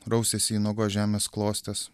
rausiasi į nuogos žemės klostes